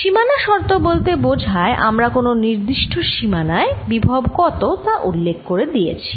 সীমানা শর্ত বলতে বোঝায় আমরা কোন নির্দিষ্ট সীমানায় বিভব কত তা উল্লেখ করে দিয়েছি